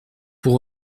pour